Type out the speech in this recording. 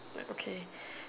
like okay